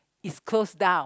is closed down